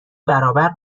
برابر